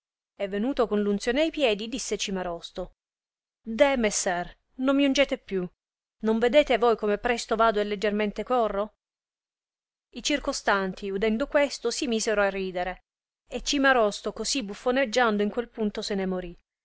e venuto con r unzione ai piedi disse cimarosto deh messer non piangete più non vedete voi come presto vado e leggermente corro i circostanti udendo questo si misero a ridere e cimarosto cosi buffoneggiando in quel punto se ne mori